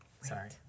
Sorry